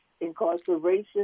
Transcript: incarceration